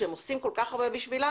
שהם עושים כל כך הרבה בשבילה,